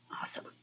Awesome